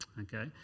Okay